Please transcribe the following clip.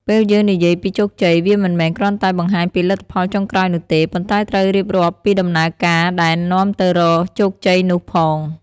ពេលយើងនិយាយពីជោគជ័យ វាមិនមែនគ្រាន់តែបង្ហាញពីលទ្ធផលចុងក្រោយនោះទេ ប៉ុន្តែត្រូវរៀបរាប់ពីដំណើរការដែលនាំទៅរកជោគជ័យនោះផង។